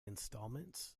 instalments